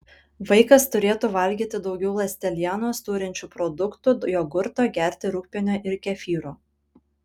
vaikas turėtų valgyti daugiau ląstelienos turinčių produktų jogurto gerti rūgpienio ir kefyro